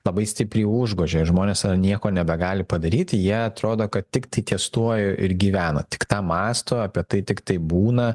labai stipriai užgožia ir žmonės yra nieko nebegali padaryti jie atrodo kad tiktai ties tuo ir gyvena tik tą mąsto apie tai tiktai būna